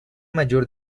mayor